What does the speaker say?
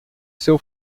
seu